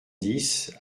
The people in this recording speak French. dix